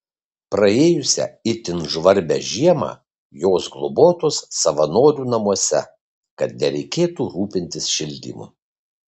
praėjusią itin žvarbią žiemą jos globotos savanorių namuose kad nereikėtų rūpintis šildymu